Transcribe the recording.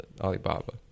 Alibaba